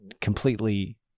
completely